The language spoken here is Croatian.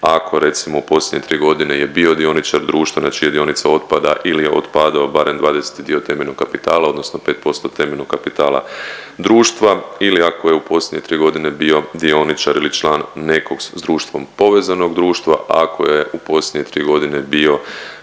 ako recimo u posljednje tri godine je bio dioničar društva na čije dionice otpada ili je otpadao barem dvadeseti dio temeljnog kapitala odnosno 5% temeljnog kapitala društva ili ako je u posljednje tri godine bio dioničar ili član nekog s društvom povezanog društva, ako je u posljednje tri godine bio